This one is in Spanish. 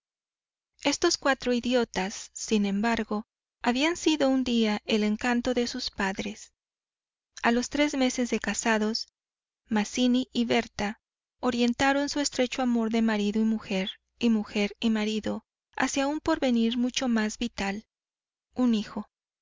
esos cuatro idiotas sin embargo habían sido un día el encanto de sus padres a los tres meses de casados mazzini y berta orientaron su estrecho amor de marido y mujer y mujer y marido hacia un porvenir mucho más vital un hijo